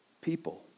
people